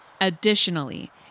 Additionally